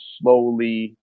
slowly